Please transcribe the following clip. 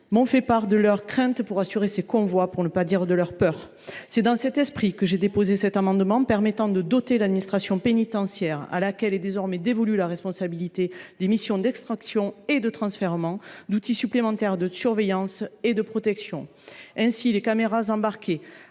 m’ont fait part de leurs craintes, pour ne pas dire de leurs peurs, lorsqu’ils doivent assurer ces convois. C’est dans cet esprit que j’ai déposé cet amendement qui a pour objet de doter l’administration pénitentiaire, à laquelle est désormais dévolue la responsabilité des missions d’extraction et de transfèrement, d’outils supplémentaires de surveillance et de protection. Ainsi, des caméras embarquées